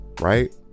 Right